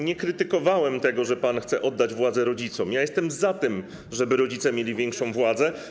Nie krytykowałem tego, że pan chce oddać władzę rodzicom - ja jestem za tym, żeby rodzice mieli większą władzę.